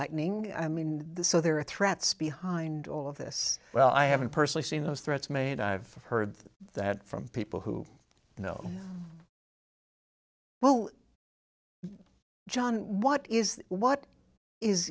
lightning i mean the so there are threats behind all of this well i haven't personally seen those threats made i've heard that from people who know well john what is what is